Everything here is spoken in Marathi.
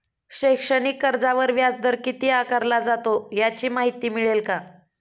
शैक्षणिक कर्जावर व्याजदर किती आकारला जातो? याची माहिती मिळेल का?